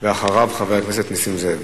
ואחריו, חבר הכנסת נסים זאב.